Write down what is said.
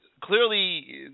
clearly